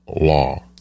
law